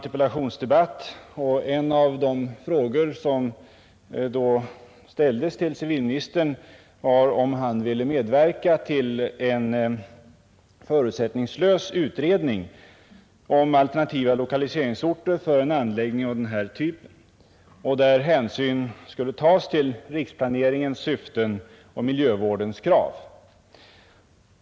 En av de frågor som jag hade ställt till civilminister Lundkvist var om han ville medverka till en förutsättningslös utredning om alternativa lokaliseringsorter för en anläggning av denna typ, där hänsyn skulle tas till riksplaneringens syften och miljövårdens krav.